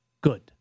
good